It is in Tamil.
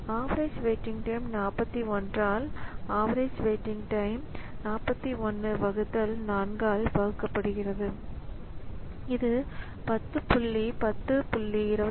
ஆவரேஜ் வெயிட்டிங் டைம் 41 ஆல் ஆவரேஜ் வெயிட்டிங் டைம் 414 ஆல் வகுக்கப்படுகிறது இது 10 புள்ளி 10